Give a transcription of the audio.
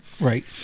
Right